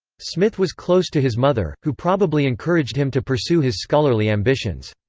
smith was close to his mother, who probably encouraged him to pursue his scholarly ambitions.